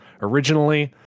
originally